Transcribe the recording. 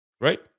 right